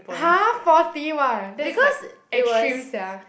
!huh! forty !wow! that is like extreme sia